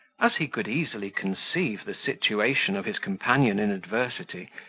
as he could easily conceive the situation of his companion in adversity,